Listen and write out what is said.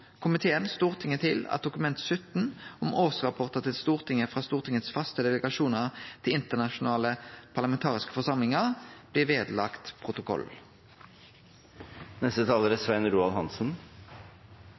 komiteen Stortinget til at Dokument 17 for 2015–2016, om årsrapportar til Stortinget frå Stortingets faste delegasjoner til internasjonale parlamentarikarforsamlingar, blir